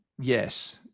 yes